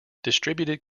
distributed